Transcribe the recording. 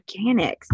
organics